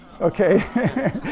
okay